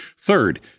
Third